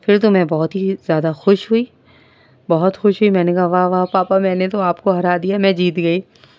پھر تو میں بہت ہی زیادہ خوش ہوئی بہت خوش ہوئی میں نے کہا واہ واہ پاپا میں نے تو آپ کو ہرا دیا میں جیت گئی